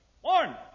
One